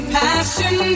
passion